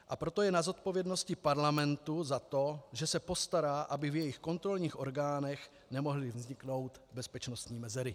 A proto je na zodpovědnosti parlamentu za to, že se postará, aby v jejich kontrolních orgánech nemohly vzniknout bezpečnostní mezery.